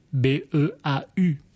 B-E-A-U